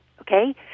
okay